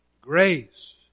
Grace